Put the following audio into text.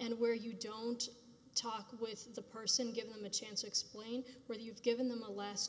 and where you don't talk with the person give him a chance to explain where you've given them a last